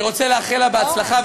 אני רוצה לאחל לה הצלחה,